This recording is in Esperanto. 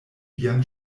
viajn